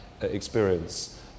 experience